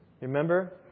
Remember